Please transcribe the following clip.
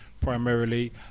primarily